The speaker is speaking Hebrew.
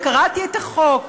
וקראתי את החוק.